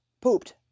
pooped